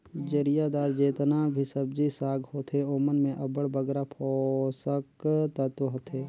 जरियादार जेतना भी सब्जी साग होथे ओमन में अब्बड़ बगरा पोसक तत्व होथे